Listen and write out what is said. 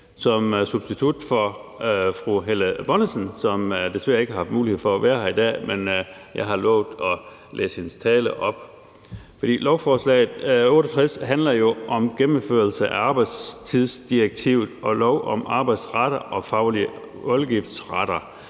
som substitut for fru Helle Bonnesen, som desværre ikke har haft mulighed for at være her i dag, men jeg har lovet at læse hendes tale op. Lovforslag nr. L 68 handler jo om gennemførelse af arbejdstidsdirektivet og lov om arbejdsretter og faglige voldgiftsretter.